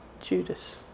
Judas